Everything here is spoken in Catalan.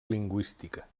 lingüística